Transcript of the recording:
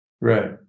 Right